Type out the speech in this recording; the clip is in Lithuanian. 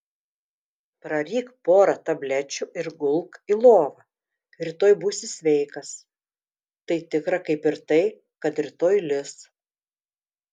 praryk porą tablečių ir gulk į lovą rytoj būsi sveikas tai tikra kaip ir tai kad rytoj lis